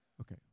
Okay